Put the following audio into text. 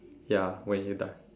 ya when you die